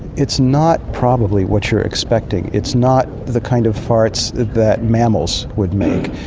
it's not probably what you are expecting. it's not the kind of farts that mammals would make.